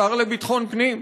לשר לביטחון הפנים.